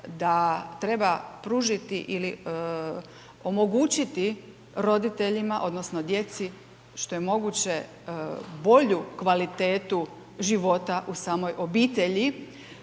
da treba pružiti ili omogućiti roditeljima odnosno djeci što je moguće bolju kvalitetu života u samoj obitelji,